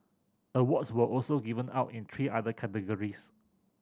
awards were also given out in three other categories